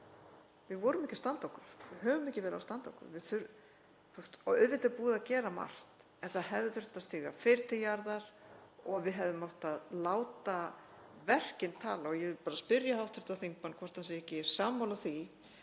við vorum ekki að standa okkur og höfum ekki verið að standa okkur. Auðvitað er búið að gera margt en það hefði þurft að stíga fyrr til jarðar og við hefðum átt að láta verkin tala. Ég vil spyrja hv. þingmann hvort hann sé ekki sammála því